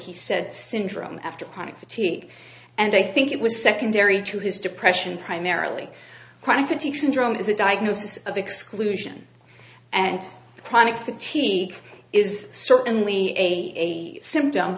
he said syndrome after chronic fatigue and i think it was secondary to his depression primarily chronic fatigue syndrome is a diagnosis of exclusion and chronic fatigue is certainly a symptom